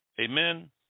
Amen